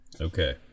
Okay